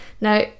Now